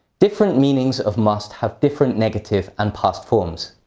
different meanings of must have different negative and past forms.